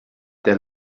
der